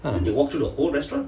ah